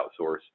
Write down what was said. outsource